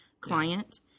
client